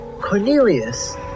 Cornelius